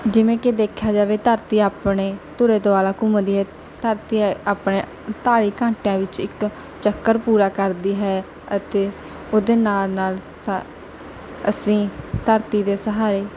ਜਿਵੇਂ ਕਿ ਦੇਖਿਆ ਜਾਵੇ ਧਰਤੀ ਆਪਣੇ ਧੁਰੇ ਦੁਆਲਾ ਘੁੰਮਦੀ ਹੈ ਧਰਤੀ ਆਪਣੇ ਅਠਤਾਲੀ ਘੰਟਿਆਂ ਵਿੱਚ ਇੱਕ ਚੱਕਰ ਪੂਰਾ ਕਰਦੀ ਹੈ ਅਤੇ ਉਹਦੇ ਨਾਲ ਨਾਲ ਸਾ ਅਸੀਂ ਧਰਤੀ ਦੇ ਸਹਾਰੇ